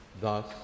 Thus